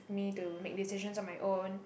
me to make decisions on my own